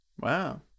Wow